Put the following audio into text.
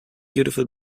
beautiful